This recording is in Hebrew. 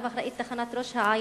שעליו אחראית תחנת ראש-העין,